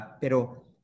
pero